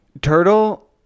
Turtle